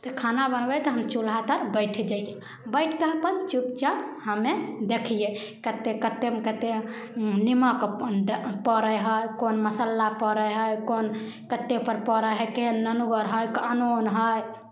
खाना बनबै तऽ हम चूल्हातर बैठ जैयै बैठि कऽ हम अपन चुपचाप हमे देखियै कतेक कतेक कतेक निमक ड् पड़ै हइ कोन मसाला पड़ै हइ कोन कतेकपर पड़ै हइ के नुनगर हइ के अनोन हइ